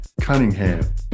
Cunningham